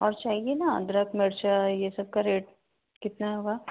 और चाहिए न अदरक मिर्चा यह सबका रेट कितना होगा